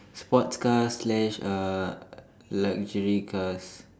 sports car slash uh luxury cars